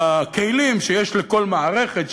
בכלים שיש לכל מערכת,